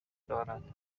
دارد